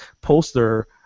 poster